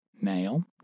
male